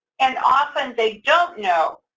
and often they don't know,